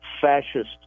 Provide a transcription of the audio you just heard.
fascist